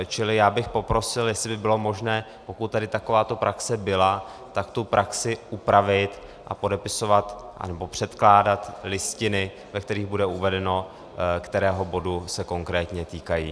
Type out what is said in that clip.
Čili já bych poprosil, jestli by bylo možné, pokud tady takováto praxe byla, tu praxi upravit a podepisovat anebo předkládat listiny, ve kterých bude uvedeno, kterého bodu se konkrétně týkají.